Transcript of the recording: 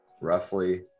roughly